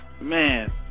Man